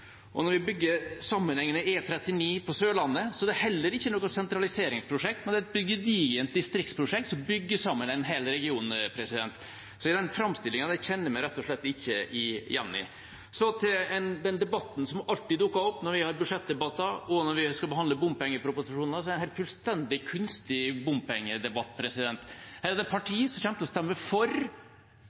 Og når vi bygger sammenhengende E39 på Sørlandet, er det heller ikke et sentraliseringsprosjekt. Det er et gedigent distriktsprosjekt som bygger sammen en hel region. Så denne framstillingen kjenner jeg meg rett og slett ikke igjen i. Så til den debatten som alltid dukker opp når vi har budsjettdebatter, og når vi skal behandle bompengeproposisjoner: Det er en fullstendig kunstig bompengedebatt. Her er det partier som kommer til å stemme for